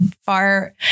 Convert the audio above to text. far